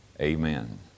Amen